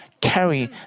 carry